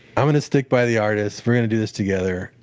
i'm going to stick by the artist we're going to do this together.